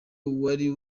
wari